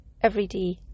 everyday